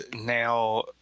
now